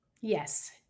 Yes